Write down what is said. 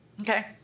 Okay